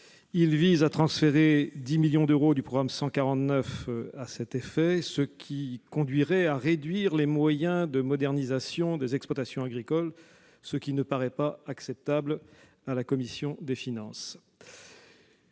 en transférant 10 millions d'euros du programme 149. Cela conduirait à réduire les moyens dédiés à la modernisation des exploitations agricoles, ce qui ne paraît pas acceptable à la commission des finances.